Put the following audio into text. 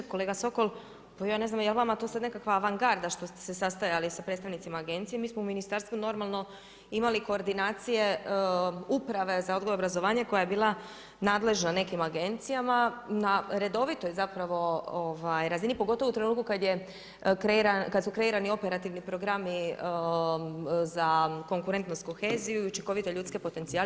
Kolega Sokol, ja ne znam jel vama to sad nekakva avangarda, što ste se sastajali sa predstavnicima agencije, mi smo u ministarstvu normalno imali koordinacije uprave za odgoj i obrazovanje, koja je bila nadležna nekim agencija, na redovitoj, zapravo razini, pogotovo u trenutku kad su kreirani operativni programi za konkurentnost i koheziju i učinkovite ljudske potencije.